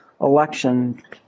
election